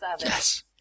Yes